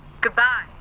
goodbye